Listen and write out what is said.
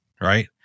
right